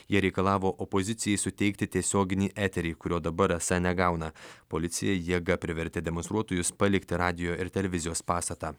jie reikalavo opozicijai suteikti tiesioginį eterį kurio dabar esą negauna policija jėga privertė demonstruotojus palikti radijo ir televizijos pastatą